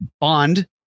bond